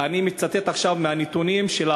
אני מצטט עכשיו מהנתונים של